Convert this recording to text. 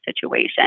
situation